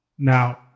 Now